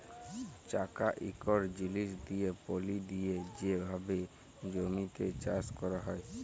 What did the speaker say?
চাকা ইকট জিলিস দিঁয়ে পলি দিঁয়ে যে ভাবে জমিতে চাষ ক্যরা হয়